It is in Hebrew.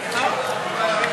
הצד של רווחת העובדת והעובד,